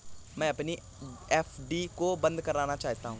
मैं अपनी एफ.डी को बंद करना चाहता हूँ